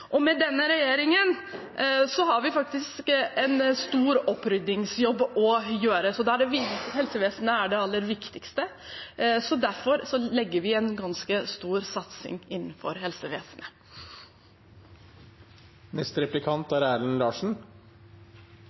Med denne regjeringen har vi en stor oppryddingsjobb å gjøre. Helsevesenet er det aller viktigste. Derfor har vi en ganske stor satsing innenfor helsevesenet. Det er interessant å høre SV-representantens innlegg, hvor en får høre om hvor galt budsjettet er,